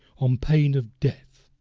on pain of death,